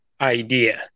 idea